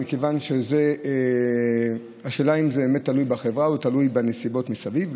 מכיוון שהשאלה היא אם זה באמת תלוי בחברה או תלוי בנסיבות מסביב.